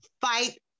Fight